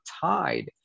tied